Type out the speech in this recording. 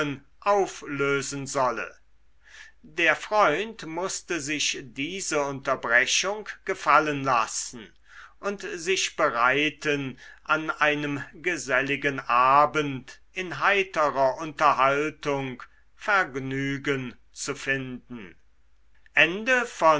auflösen solle der freund mußte sich diese unterbrechung gefallen lassen und sich bereiten an einem geselligen abend in heiterer unterhaltung vergnügen zu finden